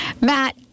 Matt